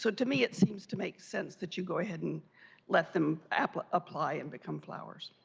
so to me it seems to make sense that you go ahead and let them apply apply and become flowers.